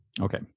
Okay